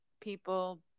people